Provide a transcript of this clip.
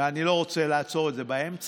ואני לא רוצה לעצור את זה באמצע,